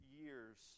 years